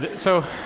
but so